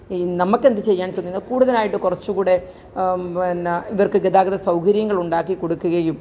നമുക്കെന്തു ചെയ്യാൻ കഴിഞ്ഞ കൂടുതലായിട്ട് കുറച്ചു കൂടി പിന്നെ ഇവര്ക്ക് ഗതാഗതസൗകര്യങ്ങള് ഉണ്ടാക്കി കൊടുക്കുകയും